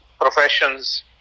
professions